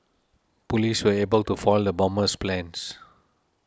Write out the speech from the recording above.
police were able to foil the bomber's plans